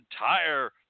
entire